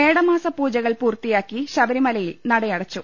മേടമാസ പൂജകൾ പൂർത്തിയാക്കി ശബരിമലയിൽ നട അടച്ചു